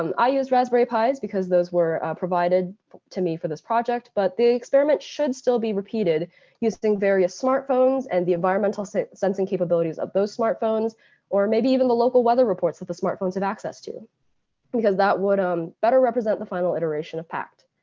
um i used raspberry pis because those were provided to me for this project, but the experiment should still be repeated using various smartphones and the environmental sensing capabilities of those smartphones or maybe even the local weather reports that the smartphones have access to because that would um better represent the final iteration of pact.